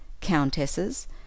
countesses